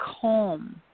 calm